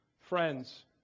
Friends